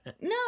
no